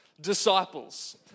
disciples